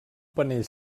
panell